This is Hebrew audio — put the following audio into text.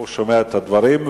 הוא שומע את הדברים,